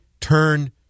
turn